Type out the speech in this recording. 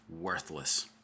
worthless